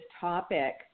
topic